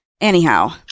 anyhow